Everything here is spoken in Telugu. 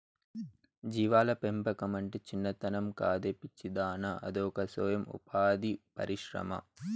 జీవాల పెంపకమంటే చిన్నతనం కాదే పిచ్చిదానా అదొక సొయం ఉపాధి పరిశ్రమ